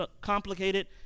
complicated